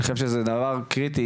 אני חושב שזה דבר קריטי,